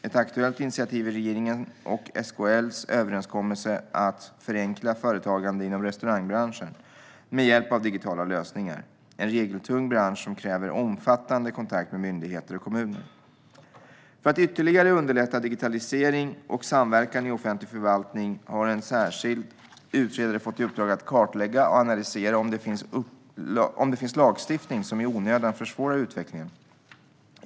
Ett aktuellt initiativ är regeringens och SKL:s överenskommelse att förenkla företagandet inom restaurangbranschen med hjälp av digitala lösningar. Det är en regeltung bransch som kräver omfattande kontakt med myndigheter och kommuner. För att ytterligare underlätta digitalisering och samverkan i offentlig förvaltning har en särskild utredare fått i uppdrag att kartlägga och analysera om det finns lagstiftning som i onödan försvårar utvecklingen.